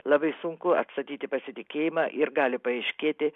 labai sunku atstatyti pasitikėjimą ir gali paaiškėti